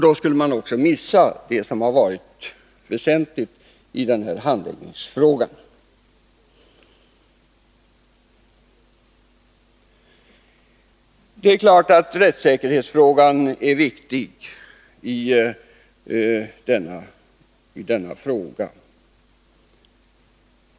Då skulle man också missa det som har varit väsentligt i fråga om handläggningen. Det är klart att rättssäkerhetsaspekten är viktig i denna fråga.